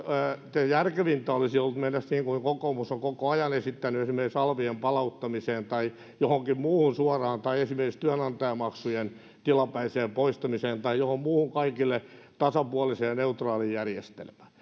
järkevintä olisi ollut mennä siten kuin kokoomus on koko ajan esittänyt esimerkiksi alvien palauttamiseen tai johonkin muuhun suoraan tai esimerkiksi työnantajamaksujen tilapäiseen poistamiseen tai johonkin muuhun kaikille tasapuoliseen ja neutraaliin järjestelmään